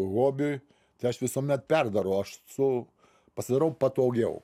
hobiui tai aš visuomet perdarau aš su pasidarau patogiau